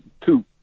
two